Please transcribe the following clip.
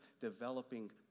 developing